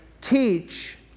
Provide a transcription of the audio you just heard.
teach